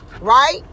Right